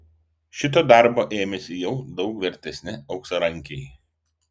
šito darbo ėmėsi jau daug vertesni auksarankiai